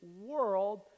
world